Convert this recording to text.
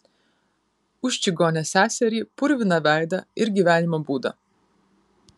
už čigonę seserį purviną veidą ir gyvenimo būdą